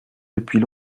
depuis